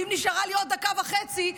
ואם נשארה לי עוד דקה וחצי,